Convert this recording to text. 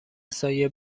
سایه